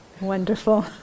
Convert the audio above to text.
wonderful